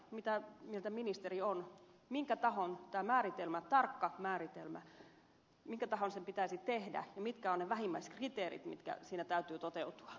mitä mieltä ministeri on minkä tahon tämä tarkka määritelmä pitäisi tehdä ja mitkä ovat ne vähimmäiskriteerit mitkä siinä täytyy toteutua